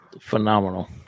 phenomenal